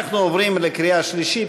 אנחנו עוברים לקריאה שלישית,